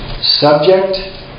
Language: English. subject